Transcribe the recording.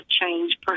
change